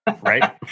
Right